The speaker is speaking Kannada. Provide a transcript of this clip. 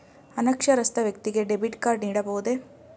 ಅನಕ್ಷರಸ್ಥ ವ್ಯಕ್ತಿಗೆ ಡೆಬಿಟ್ ಕಾರ್ಡ್ ನೀಡಬಹುದೇ?